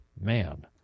Man